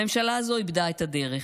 הממשלה הזו איבדה את הדרך.